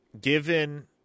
given